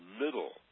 middle